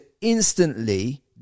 instantly